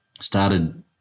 started